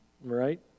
right